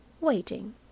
waiting